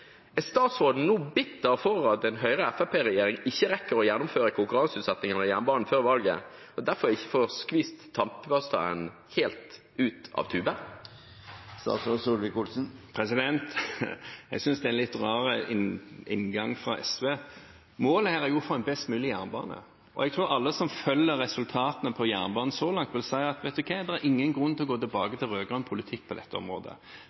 Er statsråden nå bitter fordi en Høyre–Fremskrittsparti-regjering ikke rekker å gjennomføre konkurranseutsettingen av jernbanen før valget og derfor ikke får skvist tannpastaen helt ut av tuben? Jeg synes det er en litt rar inngang av SV. Målet er jo å få en best mulig jernbane, og jeg tror alle som følger resultatene på jernbanen så langt, vil si: Vet du hva? Det er ingen grunn til å gå tilbake til rød-grønn politikk på dette området,